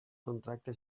contracte